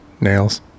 Nails